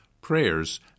prayers